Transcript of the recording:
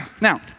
Now